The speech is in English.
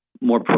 more